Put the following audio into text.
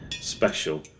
special